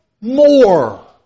more